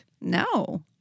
No